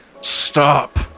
Stop